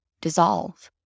Dissolve